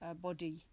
body